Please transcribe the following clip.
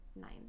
nine